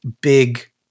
big